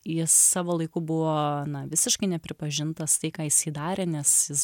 jis savo laiku buvo visiškai nepripažintas tai ką jisai darė nes jis